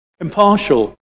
Impartial